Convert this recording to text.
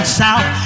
south